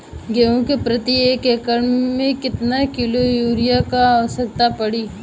गेहूँ के प्रति एक एकड़ में कितना किलोग्राम युरिया क आवश्यकता पड़ी?